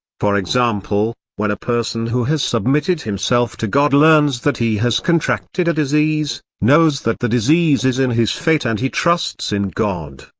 for example, when a person who has submitted himself to god learns that he has contracted a disease, knows that the disease is in his fate and he trusts in god.